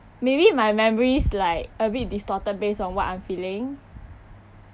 maybe my memory is like a bit distorted based on what I'm feeling